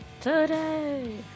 Today